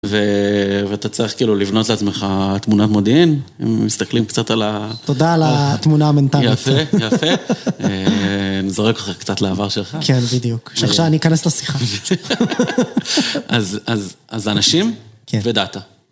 ואתה צריך, כאילו, לבנות לעצמך תמונת מודיעין. אם מסתכלים קצת על ה... תודה על התמונה המנטנית. יפה, יפה. נזרק לך קצת לעבר שלך. כן, בדיוק. עכשיו אני אכנס לשיחה. אז אנשים ודאטה.